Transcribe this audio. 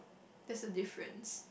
there's a difference